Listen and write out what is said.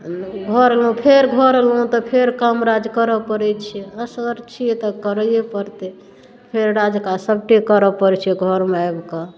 घर एलहुँ तऽ फेर घर एलहुँ तऽ फेर काम राज करऽ पड़ै छै असगर छियै तऽ करैये पड़तै फेर राज काज सबटा करऽ पड़ै छै घरमे आबि कऽ